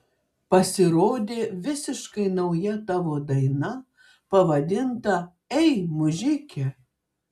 pasirodė visiškai nauja tavo daina pavadinta ei mužike